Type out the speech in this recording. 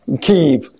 keep